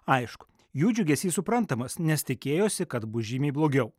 aišku jų džiugesys suprantamas nes tikėjosi kad bus žymiai blogiau